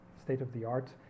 state-of-the-art